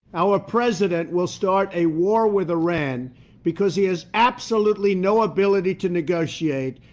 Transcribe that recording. our president will start a war with iran because he has absolutely no ability to negotiate.